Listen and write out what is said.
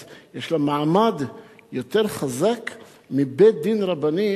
יש לה מעמד יותר חזק מלבית-דין רבני,